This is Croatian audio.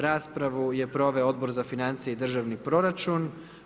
Raspravu je proveo Odbor za financije i državni proračun.